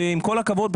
עם כל הכבוד,